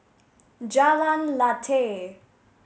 Jalan Lateh